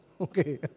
Okay